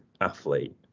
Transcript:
athlete